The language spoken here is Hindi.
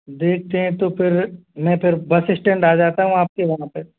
देखते हैं तो फिर मैं फिर बस इस्टैंड आ जाता हूँ आपके वहाँ पे